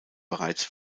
bereits